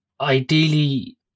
Ideally